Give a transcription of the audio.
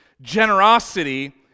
generosity